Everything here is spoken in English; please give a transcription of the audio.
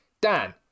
Dan